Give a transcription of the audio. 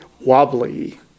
wobbly